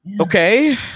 Okay